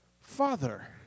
Father